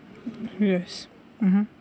yes mmhmm